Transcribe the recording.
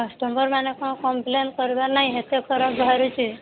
କଷ୍ଟମରମାନେ କ'ଣ କମ୍ପ୍ଲେନ୍ କରିବାର ନାହିଁ ଏତେ ଖରାପ ବାହାରୁଛି